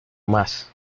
más